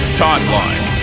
timeline